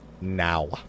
now